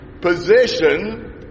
Position